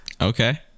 Okay